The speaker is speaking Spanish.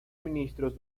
ministros